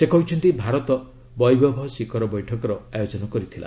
ସେ କହିଛନ୍ତି ଭାରତ ବୈଭବ ଶିଖର ବୈଠକର ଆୟୋଜନ କରିଥିଲା